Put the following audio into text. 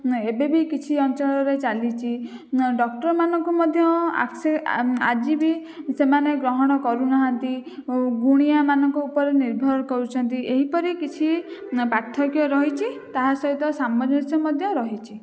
ନାହିଁ ଏବେବି କିଛି ଅଞ୍ଚଳରେ ଚାଲିଛି ଡକ୍ଟରମାନଙ୍କୁ ମଧ୍ୟ ସେ ଆଜିବି ସେମାନେ ଗ୍ରହଣ କରୁନାହାନ୍ତି ଗୁଣିଆମାନଙ୍କ ଉପରେ ନିର୍ଭର କରୁଛନ୍ତି ଏହିପରି କିଛି ପାର୍ଥକ୍ୟ ରହିଛି ତାହା ସହିତ ସାମଞ୍ଜସ୍ୟ ମଧ୍ୟ ରହିଛି